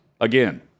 again